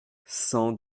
cent